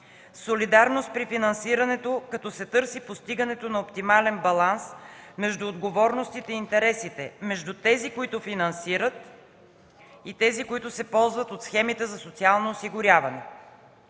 солидарност при финансирането, като се търси постигането на оптимален баланс между отговорностите и интересите между тези, които финансират и тези, които се ползват от схемите за социално осигуряване;